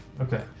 Okay